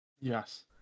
Yes